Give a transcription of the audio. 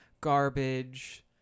garbage